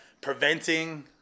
preventing